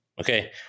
Okay